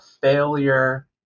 failure